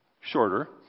Shorter